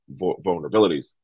vulnerabilities